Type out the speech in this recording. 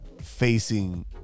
facing